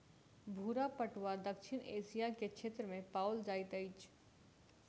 भूरा पटुआ दक्षिण एशिया के क्षेत्र में पाओल जाइत अछि